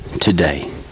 today